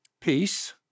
peace